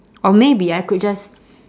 or maybe I could just